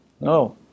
No